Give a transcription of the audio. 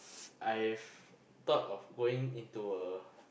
I've thought of going into a